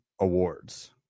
awards